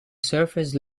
surface